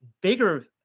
bigger